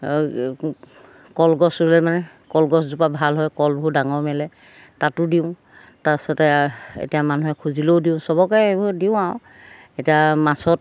কলগছ ৰুলে মানে কলগছজোপা ভাল হয় কলবোৰ ডাঙৰ মেলে তাতো দিওঁ তাৰপিছতে এতিয়া মানুহে খুজিলেও দিওঁ চবকে এইবোৰ দিওঁ আৰু এতিয়া মাছত